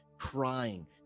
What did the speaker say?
crying